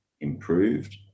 improved